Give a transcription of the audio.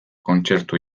kontzertu